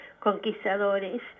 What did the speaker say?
conquistadores